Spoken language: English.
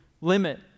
limit